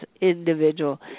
individual